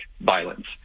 violence